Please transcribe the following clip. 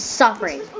suffering